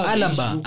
Alaba